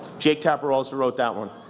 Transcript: jake tapper also wrote that one.